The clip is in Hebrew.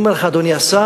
אני אומר לך, אדוני השר,